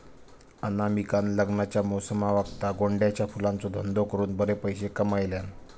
अनामिकान लग्नाच्या मोसमावक्ता गोंड्याच्या फुलांचो धंदो करून बरे पैशे कमयल्यान